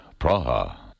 Praha